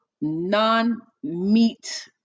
non-meat